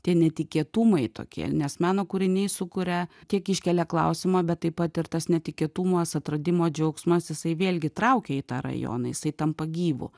tie netikėtumai tokie nes meno kūriniai sukuria tiek iškelia klausimą bet taip pat ir tas netikėtumas atradimo džiaugsmas jisai vėlgi traukia į tą rajoną jisai tampa gyvu